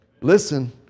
Listen